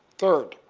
third,